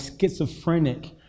schizophrenic